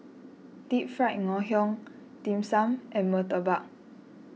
Deep Fried Ngoh Hiang Dim Sum and Murtabak